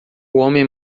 homem